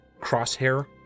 crosshair